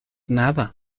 nada